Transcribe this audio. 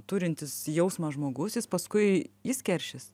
turintis jausmą žmogus jis paskui jis keršys